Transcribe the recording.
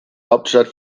hauptstadt